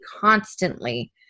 constantly